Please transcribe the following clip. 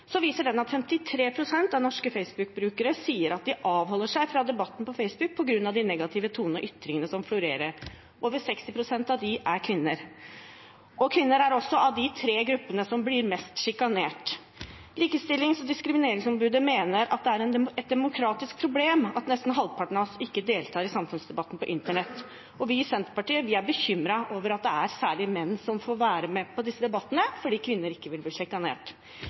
den at 53 pst. av norske Facebook-brukere sier at de avholder seg fra å delta i debatter på Facebook på grunn av de negative tonene og ytringene som florerer. Over 60 pst. av dem er kvinner. Kvinner er også blant de tre gruppene som blir mest sjikanert. Likestillings- og diskrimineringsombudet mener det er et demokratisk problem at nesten halvparten av oss ikke deltar i samfunnsdebatten på internett. Vi i Senterpartiet er bekymret for at det er særlig menn som får være med på disse debattene, for kvinner vil ikke bli sjikanert. Hva vil